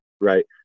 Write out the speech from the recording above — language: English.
Right